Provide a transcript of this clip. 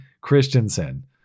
Christensen